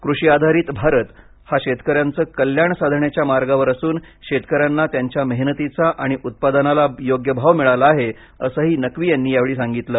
कृषी आधारित भारत हा शेतकऱ्यांचं कल्याण साधण्याच्या मार्गावर असून शेतकऱ्यांना त्यांच्या मेहनतीचा आणि उत्पादनाला योग्य भाव मिळाला आहे असंही नक्वी यांनी यावेळी सांगितलं